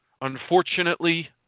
Unfortunately